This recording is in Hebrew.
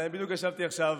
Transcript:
בדיוק ישבתי עכשיו